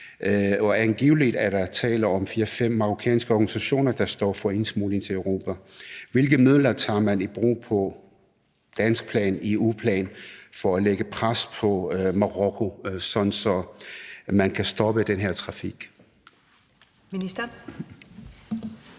og angiveligt er der tale om 4-5 marokkanske organisationer, der står for indsmuglingen til Europa. Hvilke midler tager man i brug på dansk plan, EU-plan, for at lægge pres på Marokko, så man kan stoppe den her trafik? Kl.